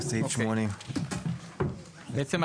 בסעיף 80. בעצם,